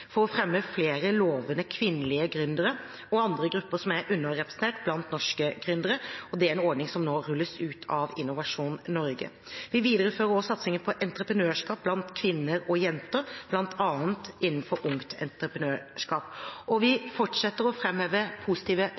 for å fremme flere lovende kvinnelige gründere og andre grupper som er underrepresentert blant norske gründere. Det er en ordning som nå rulles ut av Innovasjon Norge. Vi viderefører også satsingene på entreprenørskap blant kvinner og jenter, bl.a. innenfor Ungt Entreprenørskap. Og vi fortsetter også å framheve positive